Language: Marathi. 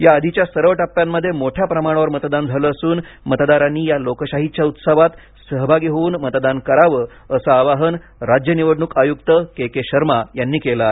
या आधीच्या सर्व टप्प्यांमध्ये मोठ्या प्रमाणावर मतदान झालं असून मतदारांनी या लोकशाहीच्या उत्सवात सहभागी होऊन मतदान करावं असं आवाहन राज्य निवडणूक आयुक्त के के शर्मा यांनी केलं आहे